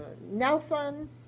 Nelson